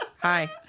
Hi